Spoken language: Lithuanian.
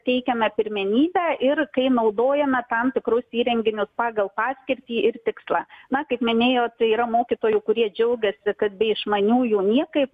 teikiame pirmenybę ir kai naudojame tam tikrus įrenginius pagal paskirtį ir tikslą na kaip minėjot tai yra mokytojų kurie džiaugiasi kad be išmaniųjų niekaip